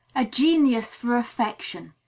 a genius for affection.